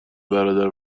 برادر